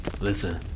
Listen